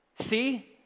see